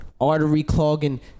artery-clogging